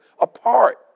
apart